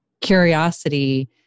curiosity